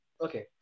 okay